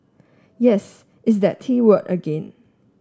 yes it's that T word again